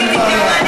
אין לי ברירה.